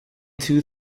two